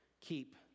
keep